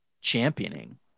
championing